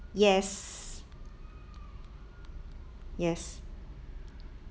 yes yes